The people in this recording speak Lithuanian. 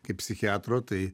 kaip psichiatro tai